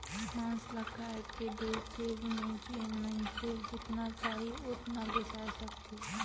मांस ल कायट के बेचे में जेन मइनसे जेतना चाही ओतना बेसाय सकथे